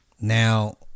now